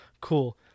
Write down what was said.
Cool